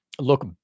look